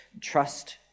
trust